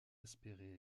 espéré